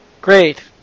Great